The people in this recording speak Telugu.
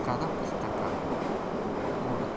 కథ పుస్తకాలు మూడు